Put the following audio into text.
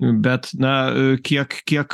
bet na kiek kiek